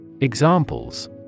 Examples